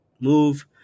move